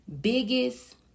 biggest